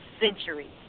centuries